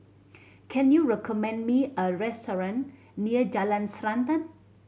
can you recommend me a restaurant near Jalan Srantan